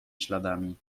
śladami